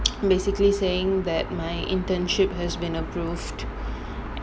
basically saying that my internship has been approved